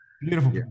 Beautiful